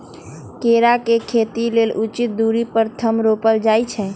केरा के खेती लेल उचित दुरी पर थम रोपल जाइ छै